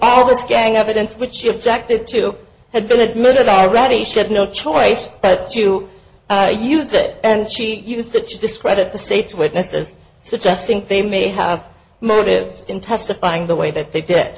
all this gang evidence which she objected to had been admitted already shed no choice but to use it and she used to discredit the state's witnesses suggesting they may have motives in testifying the way that they did